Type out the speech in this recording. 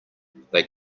they